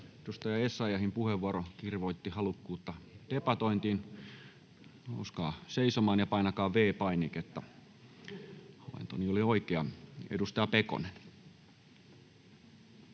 edustaja Essayahin puheenvuoro kirvoitti halukkuutta debatointiin. Nouskaa seisomaan ja painakaa V-painiketta. — Havaintoni oli oikea. Edustaja Pekonen.